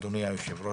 אדוני היו"ר,